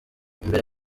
imbere